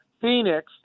Phoenix